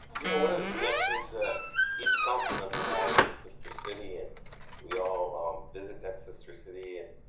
you know one of the connections that each council member has a sister city and we all visit that sister city and